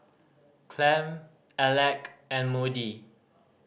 Clem Alec and Moody